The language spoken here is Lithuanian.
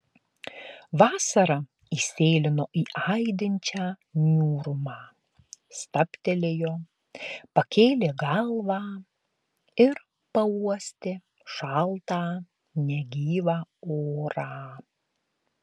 vasara įsėlino į aidinčią niūrumą stabtelėjo pakėlė galvą ir pauostė šaltą negyvą orą